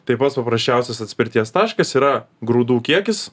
tai pats paprasčiausias atspirties taškas yra grūdų kiekis